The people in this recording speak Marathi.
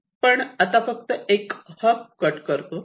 पण आता फक्त एक हब कट करतो